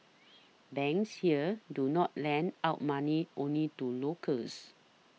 banks here do not lend out money only to locals